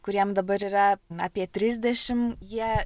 kuriem dabar yra apie trisdešim jie